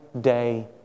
day